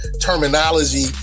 terminology